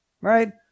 right